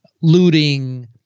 looting